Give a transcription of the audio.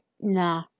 nah